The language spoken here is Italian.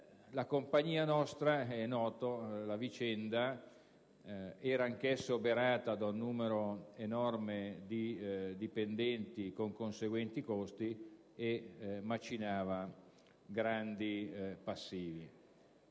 compagnia aerea - la vicenda è nota - era oberata da un numero enorme di dipendenti, con conseguenti costi, e macinava grandi passivi.